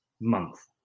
month